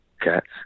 cats